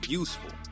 useful